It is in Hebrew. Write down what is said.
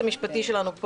עידו היועץ המשפטי שלנו,